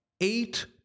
eight